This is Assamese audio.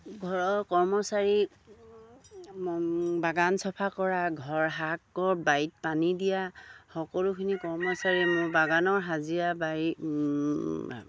ঘৰৰ কৰ্মচাৰী বাগান চফা কৰা ঘৰ শাকৰ বাৰীত পানী দিয়া সকলোখিনি কৰ্মচাৰীয়ে মোৰ বাগানৰ হাজিৰা বাৰী